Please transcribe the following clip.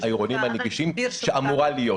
העירוניים הנגישים שאמורה להיות.